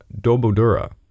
Dobodura